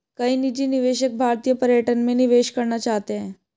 कई निजी निवेशक भारतीय पर्यटन में निवेश करना चाहते हैं